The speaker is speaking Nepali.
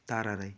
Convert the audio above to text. तारा राई